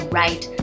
right